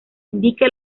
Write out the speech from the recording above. indique